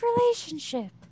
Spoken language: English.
relationship